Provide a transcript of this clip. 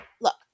look